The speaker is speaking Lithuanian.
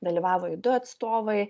dalyvavo judu atstovai